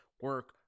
Work